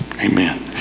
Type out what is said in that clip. Amen